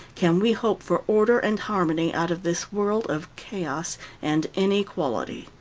can we hope for order and harmony out of this world of chaos and inequality.